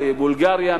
לבולגריה,